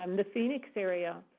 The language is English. um the phoenix area,